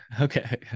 okay